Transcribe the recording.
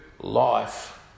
life